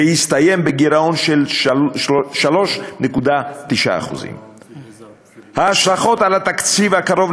זה הסתיים בגירעון של 3.9%. ההשלכות על התקציב הקרוב,